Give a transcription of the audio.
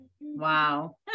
wow